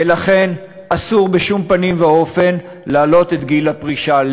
ולכן אסור בשום פנים ואפן להעלות את גיל הפרישה.